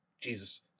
Jesus